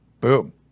Boom